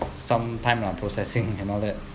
some time lah processing and all that